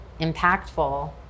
impactful